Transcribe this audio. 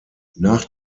nach